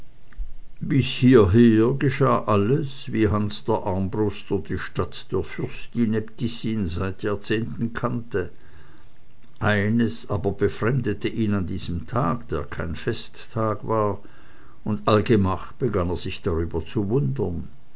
bis hieher geschah alles wie hans der armbruster die stadt der fürstin äbtissin seit jahrzehnten kannte eines aber befremdete ihn an diesem tage der kein festtag war und allgemach begann er sich darüber zu wundern